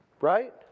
Right